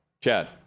Chad